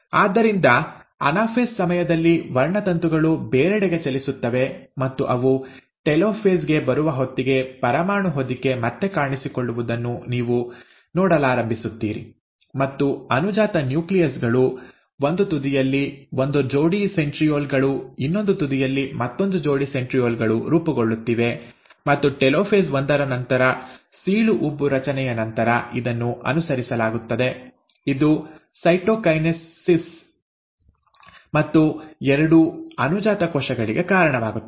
ಆದ್ದರಿಂದ ಅನಾಫೇಸ್ ಸಮಯದಲ್ಲಿ ವರ್ಣತಂತುಗಳು ಬೇರೆಡೆಗೆ ಚಲಿಸುತ್ತವೆ ಮತ್ತು ಅವು ಟೆಲೋಫೇಸ್ ಗೆ ಬರುವ ಹೊತ್ತಿಗೆ ಪರಮಾಣು ಹೊದಿಕೆ ಮತ್ತೆ ಕಾಣಿಸಿಕೊಳ್ಳುವುದನ್ನು ನೀವು ನೋಡಲಾರಂಭಿಸುತ್ತೀರಿ ಮತ್ತು ಅನುಜಾತ ನ್ಯೂಕ್ಲಿಯಸ್ ಗಳು ಒಂದು ತುದಿಯಲ್ಲಿ ಒಂದು ಜೋಡಿ ಸೆಂಟ್ರೀಯೋಲ್ ಗಳು ಇನ್ನೊಂದು ತುದಿಯಲ್ಲಿ ಮತ್ತೊಂದು ಜೋಡಿ ಸೆಂಟ್ರೀಯೋಲ್ ಗಳು ರೂಪುಗೊಳ್ಳುತ್ತಿವೆ ಮತ್ತು ಟೆಲೋಫೇಸ್ ಒಂದರ ನಂತರ ಸೀಳು ಉಬ್ಬು ರಚನೆಯ ನಂತರ ಇದನ್ನು ಅನುಸರಿಸಲಾಗುತ್ತದೆ ಇದು ಸೈಟೊಕೈನೆಸಿಸ್ ಮತ್ತು ಎರಡು ಅನುಜಾತ ಕೋಶಗಳಿಗೆ ಕಾರಣವಾಗುತ್ತದೆ